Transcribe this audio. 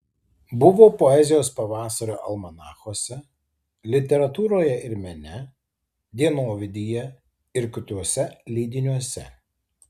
buvo poezijos pavasario almanachuose literatūroje ir mene dienovidyje ir kituose leidiniuose